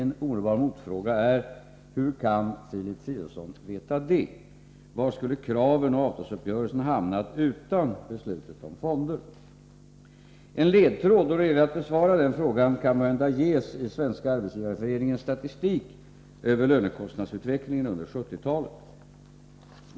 En omedelbar motfråga är: Hur kan Filip Fridolfsson veta det? Var skulle kraven och avtalsuppgörelsen hamnat utan beslutet om fonderna? En ledtråd då det gäller att besvara den frågan kan måhända ges i SAF:s statistik över lönekostnadsökningen under 1970-talet.